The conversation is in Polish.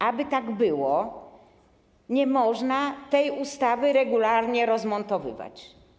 Aby tak było, nie można tej ustawy regularnie rozmontowywać.